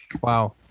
Wow